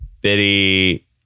Biddy